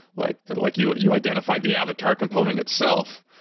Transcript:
like and like you you identify the avatar component itself,